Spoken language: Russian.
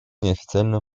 неофициальные